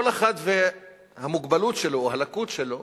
כל אחד והמוגבלות שלו, הלקות שלו,